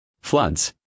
floods